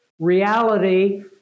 reality